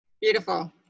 Beautiful